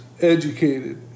educated